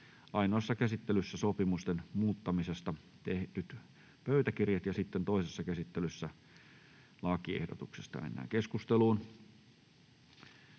ainoassa käsittelyssä sopimusten muuttamisesta tehdyistä pöytäkirjoista ja sitten toisessa käsittelyssä lakiehdotuksesta. [Speech